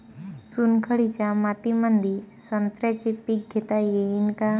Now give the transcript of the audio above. चुनखडीच्या मातीमंदी संत्र्याचे पीक घेता येईन का?